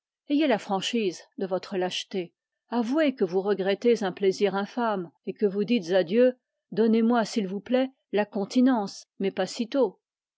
ayez la franchise de votre lâcheté avouez que vous regrettez un plaisir infâme et que vous dites à dieu donnez-moi s'il vous plaît la continence mais pas si tôt